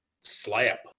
slap